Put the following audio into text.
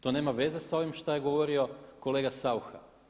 To nema veze sa ovim što je govorio kolega Saucha.